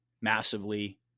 massively